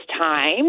time